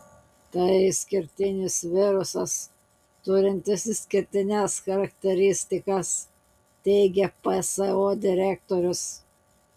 tai išskirtinis virusas turintis išskirtines charakteristikas teigia pso direktorius